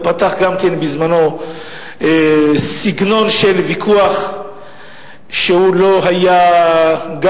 הוא פתח גם כן בזמנו סגנון של ויכוח שגם לא היה לכבודו,